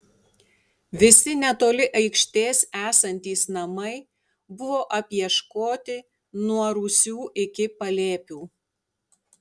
visi netoli aikštės esantys namai buvo apieškoti nuo rūsių iki palėpių